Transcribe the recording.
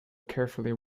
carefully